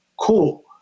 Cool